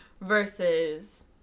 versus